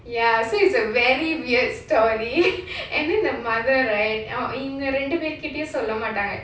ya so it's a very weird story and then the mother right இவங்க ரெண்டு வீட்டுக்கிட்டயும் சொல்லமாட்டாங்க:ivanga rendu perkitayum sollamataanga